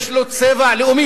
יש להם צבע לאומי,